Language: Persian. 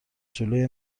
جلوی